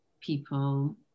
people